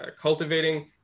cultivating